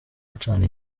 gucana